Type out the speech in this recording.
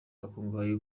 akungahaye